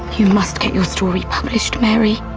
you must get your story published, mary.